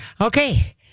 Okay